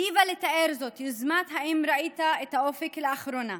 היטיבה לתאר זאת יוזמת "האם ראית את האופק לאחרונה?",